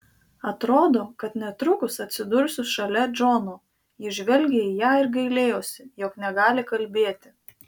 atrodo kad netrukus atsidursiu šalia džono jis žvelgė į ją ir gailėjosi jog negali kalbėti